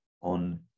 on